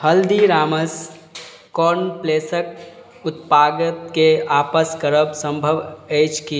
Haldiram's cornflakes उत्पादककेँ आपस करब संभव अछि की